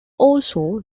also